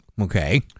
Okay